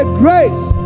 grace